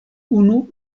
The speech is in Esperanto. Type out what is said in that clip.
unu